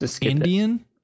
Indian